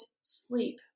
sleep